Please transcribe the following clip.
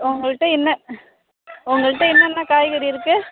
உங்கள்கிட்ட என்ன உங்கள்கிட்ட என்னென்னெல்லாம் காய்கறி இருக்கு